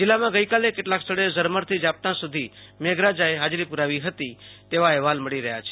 જીલ્લામાં ગઈકાલે કેટલાક સ્થળે ઝરમરથી ઝાપટા સુધી મેઘરાજાએ હાજરી પુરાવી હતી તેવા અહેવાલ મળી રહ્યા છે